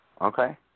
Okay